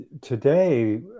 today